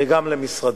וגם למשרדים.